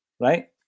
right